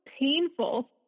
painful